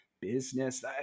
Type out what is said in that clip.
business